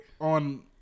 on